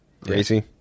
Crazy